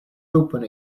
open